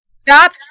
Stop